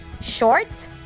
short